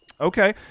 Okay